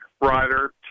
rider